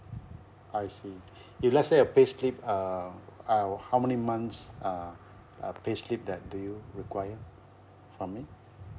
I see if let's say a payslip uh I'll how many months uh uh payslip that do you require from me